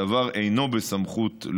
הדבר אינו בסמכות,